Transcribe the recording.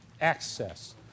access